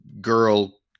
girl